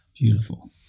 beautiful